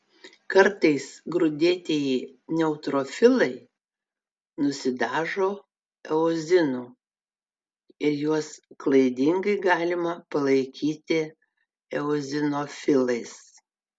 kartais grūdėtieji neutrofilai nusidažo eozinu ir juos klaidingai galima palaikyti eozinofilais